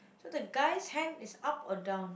so the guy's hand is up or down